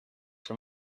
from